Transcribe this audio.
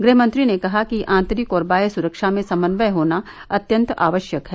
गृह मंत्री ने कहा कि आंतरिक और बाह्य सुरक्षा में समन्वय होना अत्यंत आवश्यक है